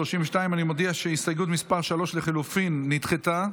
32. אני מודיע שהסתייגות 3 לחלופין נדחתה.